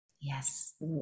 Yes